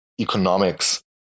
economics